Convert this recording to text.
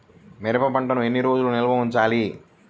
మిరప పంటను ఎన్ని రోజులు నిల్వ ఉంచాలి?